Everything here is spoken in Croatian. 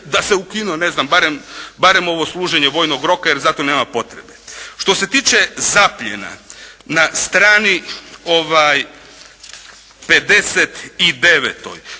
da se ukinu ne znam barem ovo služenje vojnog roka jer za to nema potrebe. Što se tiče zapljena. Na strani 59.